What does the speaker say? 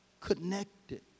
connected